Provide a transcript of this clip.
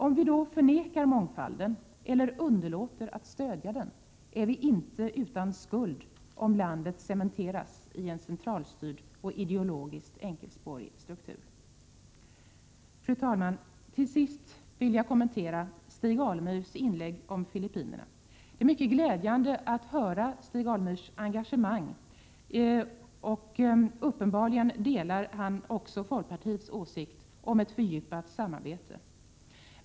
Om vi då förnekar mångfalden eller underlåter att stödja den, är vi inte utan skuld om landet cementeras i en centralstyrd och ideologiskt enkelspårig struktur. Fru talman! Till sist vill jag kommentera Stig Alemyrs inlägg om Filippinerna. Det är mycket glädjande att höra Stig Alemyrs engagemang. Uppenbarligen delar han också folkpartiets åsikt om ett fördjupat samarbete.